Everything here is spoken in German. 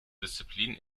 disziplin